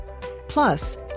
Plus